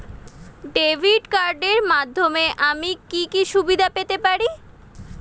Debit কার্ডের মাধ্যমে আমি কি কি সুবিধা পেতে পারি?